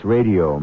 Radio